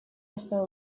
мясную